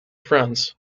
friends